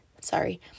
sorry